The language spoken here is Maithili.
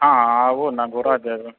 हँ आबू ने घुरा देब